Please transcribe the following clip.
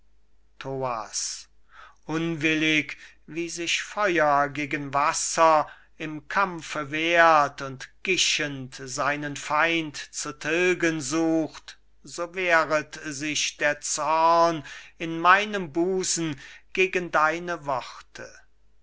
unwillig wie sich feuer gegen wasser im kampfe wehrt und gischend seinen feind zu tilgen sucht so wehret sich der zorn in meinem busen gegen deine worte